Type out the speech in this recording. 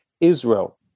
Israel